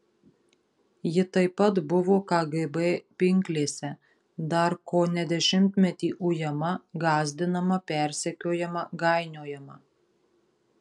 ji taip pat buvo kgb pinklėse dar kone dešimtmetį ujama gąsdinama persekiojama gainiojama